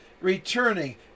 returning